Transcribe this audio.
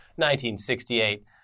1968